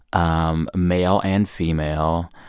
um male and female,